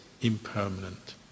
impermanent